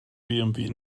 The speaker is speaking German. bmw